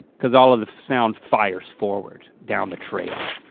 cause all of the sound fires forward down the trail.